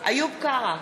איוב קרא,